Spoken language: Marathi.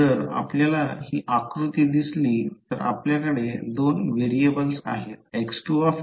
जर आपल्याला ही आकृती दिसली तर आपल्याकडे दोन व्हेरिएबल्स आहेत X2 आणि एक X1आहे